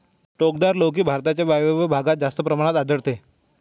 टोकदार लौकी भारताच्या वायव्य भागात जास्त प्रमाणात आढळते